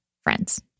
friends